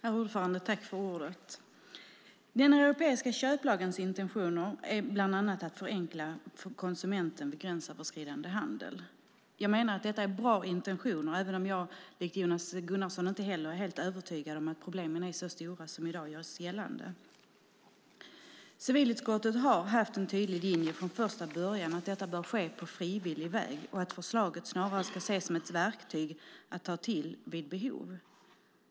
Herr talman! Den europeiska köplagens intentioner är bland annat att förenkla för konsumenten vid gränsöverskridande handel. Jag menar att detta är bra intentioner, även om jag likt Jonas Gunnarsson inte är helt övertygad om att problemen är så stora som i dag görs gällande. Civilutskottet har haft en tydlig linje från första början att detta bör ske på frivillig väg och att förslaget snarare ska ses som ett verktyg att ta till vid behov.